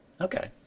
Okay